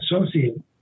associate